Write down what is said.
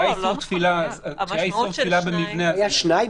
כשהיה איסור תפילה במבנה --- היה שניים?